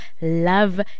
love